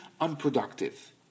unproductive